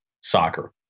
soccer